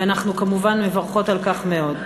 ואנחנו כמובן מברכות על כך מאוד.